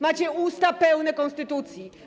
Macie usta pełne konstytucji.